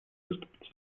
выступить